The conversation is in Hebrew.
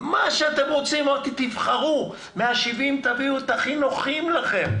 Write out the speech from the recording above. אמרתי שתבחרו ומה-70 תביאו את הנוחים ביותר לכם,